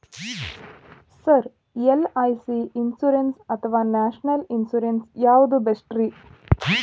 Sir LIC insurance ಅಥವಾ national insurance ಯಾವುದು ಬೆಸ್ಟ್ರಿ?